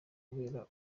kubera